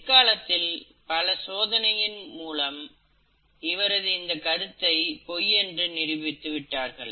பிற்காலத்தில் பல சோதனையின் மூலம் இவரது இந்த கருத்தை பொய் என்று நிரூபித்து விட்டார்கள்